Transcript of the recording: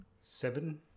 Seven